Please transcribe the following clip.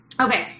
Okay